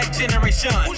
generation